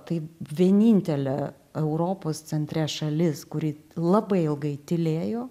tai vienintelė europos centre šalis kuri labai ilgai tylėjo